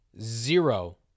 zero